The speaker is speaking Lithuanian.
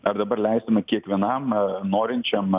ar dabar leistume kiekvienam norinčiam